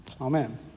Amen